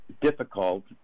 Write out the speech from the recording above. difficult